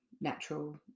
natural